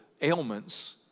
ailments